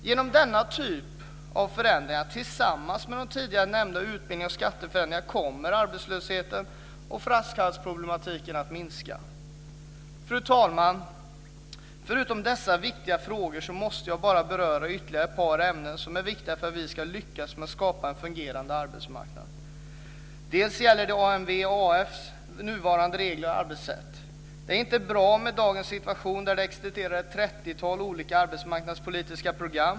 Genom denna typ av förändringar, tillsammans med de tidigare nämnda utbildnings och skatteförändringarna, kommer arbetslösheten och flaskhalsproblematiken att minska. Fru talman! Förutom dessa viktiga frågor måste jag bara beröra ytterligare ett par ämnen som är viktiga för att vi ska lyckas skapa en fungerande arbetsmarknad. Först gäller det AMV:s och arbetsförmedlingarnas nuvarande regler och arbetssätt. Det är inte bra med dagens situation där det existerar ett trettiotal olika arbetsmarknadspolitiska program.